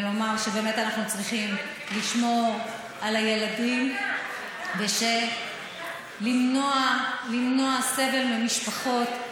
ולומר שבאמת אנחנו צריכים לשמור על הילדים ולמנוע סבל ממשפחות.